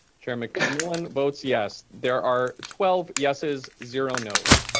chair mcmillan votes yes. there are twelve yeses, zero nos.